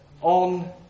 on